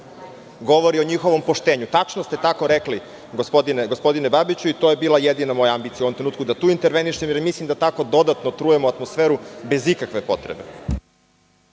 govori o njihovom poštenju. Tačno ste tako rekli, gospodine Babiću i to je bila jedina moja ambicija u ovom trenutku, da tu intervenišem jer mislim da tako dodatno trujemo atmosferu bez ikakve potrebe.